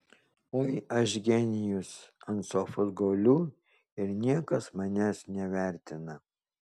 oi aš genijus ant sofos guliu ir niekas manęs nevertina